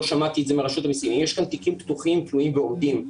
לא שמעתי את זה מרשות המיסים אם יש כאן תיקים פתוחים תלויים ועומדים,